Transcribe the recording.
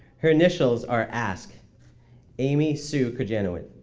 her initials are ask amy sue kurjanowicz.